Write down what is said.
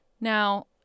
now